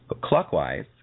clockwise